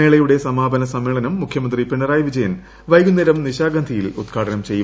മേളയുടെ സമാപന സമ്മേളനം മുഖ്യമന്ത്രി പിണറായി വിജയൻ വൈകുന്നേരം നിശാഗന്ധിയിൽ ഉദ്ഘാടനം ചെയ്യും